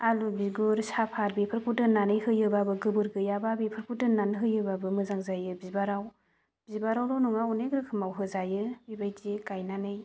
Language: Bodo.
आलु बिगुर साफाट बेफोरखौ दोननानै होयोबाबो गोबोर गैयाबा बेफोरखौ दोननानै होयोबाबो मोजां जायो बिबाराव बिबारावल' नङा अनेक रोखोमाव होजायो बेबायदि गायनानै